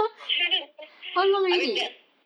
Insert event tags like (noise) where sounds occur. (laughs) I mean that's